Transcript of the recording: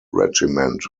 regiment